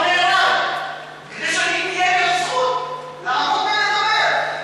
נהרג כדי שתהיה לי הזכות לעמוד ולדבר.